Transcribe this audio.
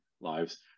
lives